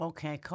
Okay